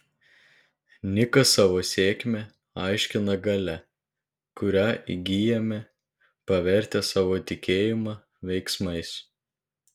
nikas savo sėkmę aiškina galia kurią įgyjame pavertę savo tikėjimą veiksmais